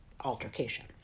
altercation